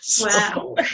Wow